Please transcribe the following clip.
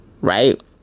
right